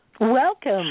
Welcome